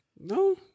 No